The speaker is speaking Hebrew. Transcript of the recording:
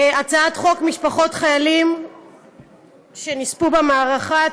הצעת חוק משפחות חיילים שנספו במערכה,